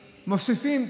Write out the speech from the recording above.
מוסיפים.